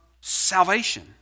salvation